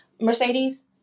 Mercedes